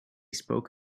spoke